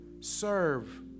Serve